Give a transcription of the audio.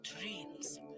dreams